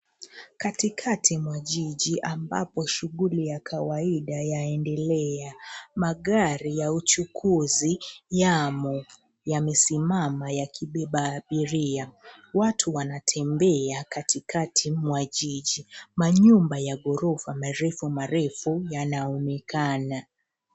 Katikati mwa jiji ambapo shughuli ya kawaida yaendelea. Magari ya uchukuzi yamo. Yamesimama yakibeba abiria. Watu watembea katikati mwa jiji. Manyumba ya ghorofa marefu marefu yanaonekana.